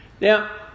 Now